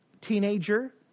teenager